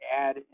add